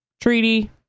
treaty